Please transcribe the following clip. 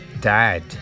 dad